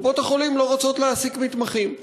קופות-החולים לא רוצות להעסיק מתמחים.